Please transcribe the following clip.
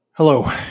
Hello